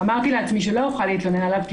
"אמרתי לעצמי שלא אוכל להתלונן עליו כי